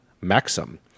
maxim